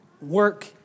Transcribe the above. work